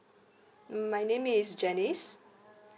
my name is janice